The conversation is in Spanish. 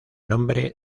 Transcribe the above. nombre